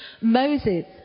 Moses